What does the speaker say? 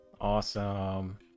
awesome